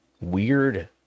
weird